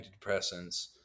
antidepressants